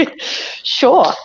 Sure